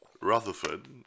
Rutherford